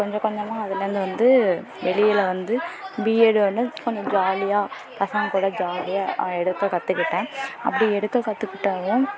கொஞ்சம் கொஞ்சமாக அதில் இருந்து வந்து வெளியில் வந்து பிஎட் வந்து கொஞ்சம் ஜாலியாக பசங்கள் கூட ஜாலியாக எடுக்க கற்றுக்கிட்டேன் அப்படி எடுக்க கற்றுக்கிட்டதும்